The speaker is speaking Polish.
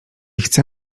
chce